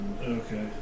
Okay